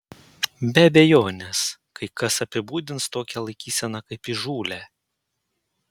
be abejonės kai kas apibūdins tokią laikyseną kaip įžūlią